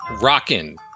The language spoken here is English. rockin